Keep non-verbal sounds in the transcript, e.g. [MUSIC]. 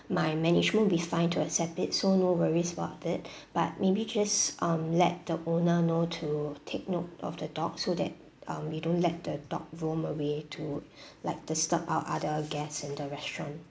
my management will be fine to accept it so no worries about it [BREATH] but maybe just um let the owner know to take note of the dog so that um we don't let the dog roam away to like disturb our other guests in the restaurant